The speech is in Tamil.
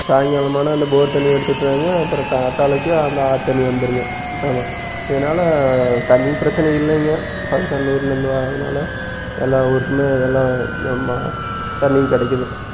சாய்ங்காலம் ஆனால் அந்த போர் தண்ணி எடுத்துவிட்டுருவாய்ங்க அப்புறம் காத்தாலைக்கு அந்த ஆற்று தண்ணி வந்துருங்க ஆமாம் இதனால தண்ணிப் பிரச்சனை இல்லைங்க பக்கத்தாண்ட ஊர்லேருந்து வரதுனால எல்லா ஊருக்குமே எல்லா நம்ம தண்ணியும் கிடைக்குது